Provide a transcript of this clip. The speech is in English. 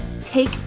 take